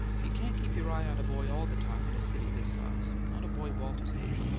you can't keep your eye on a boy all the time in a city this size, not a boy walter's age.